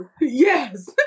Yes